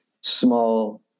small